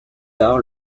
tard